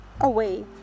away